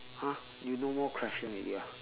!huh! you no more question already ah